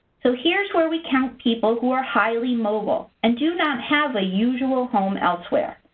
so here's where we count people who are highly mobile and do not have a usual home elsewhere.